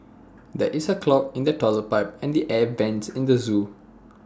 there is A clog in the Toilet Pipe and the air Vents at the Zoo